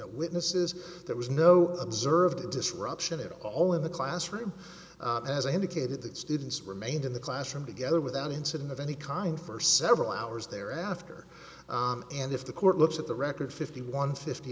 no witnesses there was no observe the disruption of it all in the classroom as i indicated that students remained in the classroom to gather without incident of any kind for several hours there after and if the court looks at the record fifty one fifty